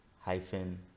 hyphen